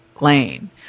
lane